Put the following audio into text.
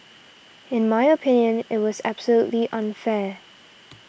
in my opinion it was absolutely unfair